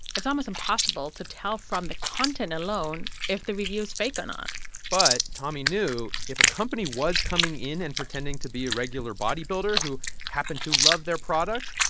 it's almost impossible to tell from the content alone if the review's fake or not but tommy knew if a company was coming in and pretending to be a regular bodybuilder who happened to love their product,